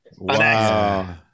Wow